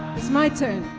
it's my turn.